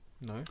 No